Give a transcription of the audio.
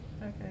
Okay